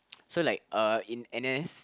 so like uh in N_S